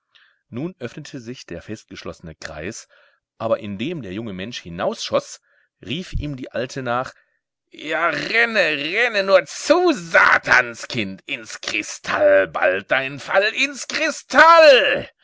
nun öffnete sich der festgeschlossene kreis aber indem der junge mensch hinausschoß rief ihm die alte nach ja renne renne nur zu satanskind ins kristall bald dein fall ins kristall